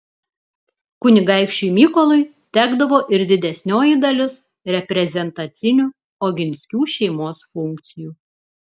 kunigaikščiui mykolui tekdavo ir didesnioji dalis reprezentacinių oginskių šeimos funkcijų